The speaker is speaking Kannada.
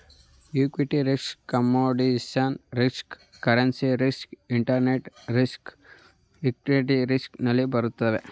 equity risk commodities risk currency risk interest risk equity risk ನಲ್ಲಿ ಬರುತ್ತವೆ